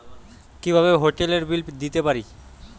কিভাবে হোটেলের বিল দিতে পারি?